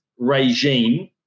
regime